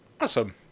Awesome